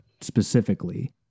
specifically